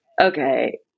okay